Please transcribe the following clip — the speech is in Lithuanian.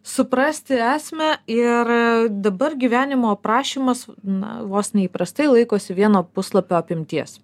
suprasti esmę ir dabar gyvenimo aprašymas na vos ne įprastai laikosi vieno puslapio apimties